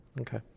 Okay